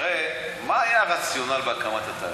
הרי מה היה הרציונל בהקמת התאגיד?